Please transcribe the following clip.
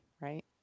right